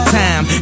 time